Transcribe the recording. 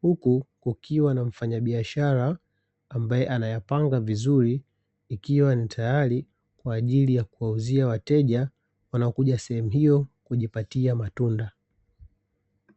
huku kukiwa na mfanya biashara ambae ana yapanga vizuri ikiwa ni tayari kwa ajiri ya kuwa uzia wateja wanao kuja sehemu hiyo kujipatia matunda.